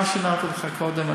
מה שאמרתי לך קודם,